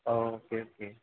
O okay okay